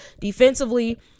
defensively